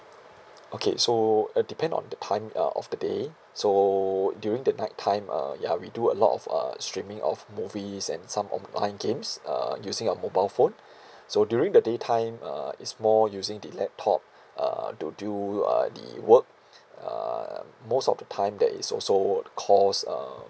okay so uh depend on time uh of the day so during the night time uh ya we do a lot of uh streaming of movies and some online games uh using our mobile phone so during the daytime uh is more using the laptop uh to do uh the work uh most of the time there is also course uh